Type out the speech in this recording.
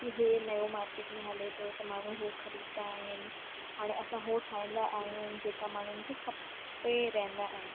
की इहे नयों मार्केट में हले थो त माण्हू हू ख़रीदंदा आहिनि हाणे असां उहो ठाहींदा आहियूं जेका माण्हुनि खे खपे रहंदा आहिनि